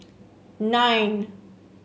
nine